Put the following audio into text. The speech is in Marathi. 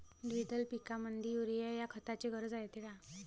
द्विदल पिकामंदी युरीया या खताची गरज रायते का?